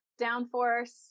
downforce